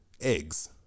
Eggs